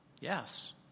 Yes